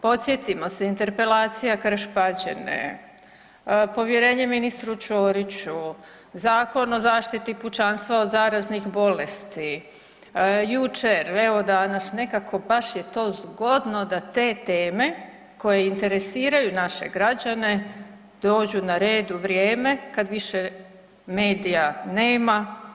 Podsjetimo se Interpelacija, Krš Pađane, povjerenje ministru Ćoriću, Zakon o zaštiti pučanstva od zaraznih bolesti, jučer, evo danas nekako baš je to zgodno da te teme koje interesiraju naše građane dođu na red u vrijeme kada više medija nema.